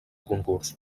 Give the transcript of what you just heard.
concurs